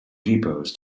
depots